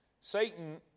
Satan